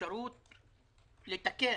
אפשרות לתקן.